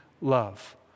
love